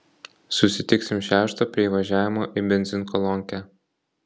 susitiksim šeštą prie įvažiavimo į benzinkolonkę